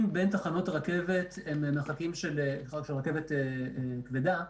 מרחקים בין תחנות הרכבת במיוחד של רכבת כבדה,